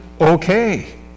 okay